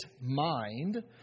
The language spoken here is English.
mind